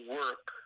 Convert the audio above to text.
work